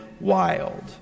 wild